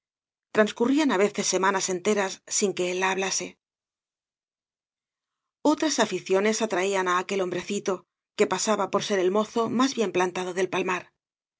transcurrían á veces semanas enteras sin que él la hablase otras aficiones atraían á aquel hombrecito que pasaba por ser el mozo más bien plantado del palmar